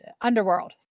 Underworld